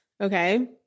Okay